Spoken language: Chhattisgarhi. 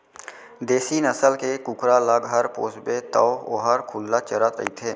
देसी नसल के कुकरा ल घर पोसबे तौ वोहर खुल्ला चरत रइथे